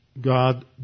God